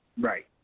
Right